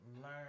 learn